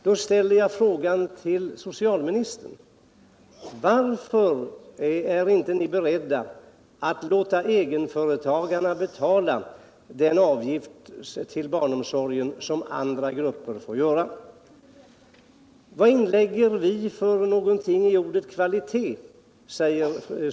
Då ställer jag frågan till socialministern: Varför är ni inte beredda att låta egenföretagarna betala den avgift för barnomsorgen som andra grupper får göra? Socialministern frågar vad vi inlägger i ordet kvalitet.